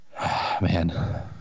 Man